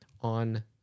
on